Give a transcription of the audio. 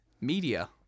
media